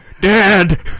Dad